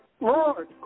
Lord